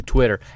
Twitter